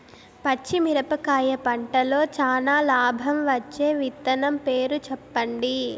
పచ్చిమిరపకాయ పంటలో చానా లాభం వచ్చే విత్తనం పేరు చెప్పండి?